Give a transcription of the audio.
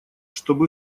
чтобы